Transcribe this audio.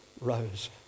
rose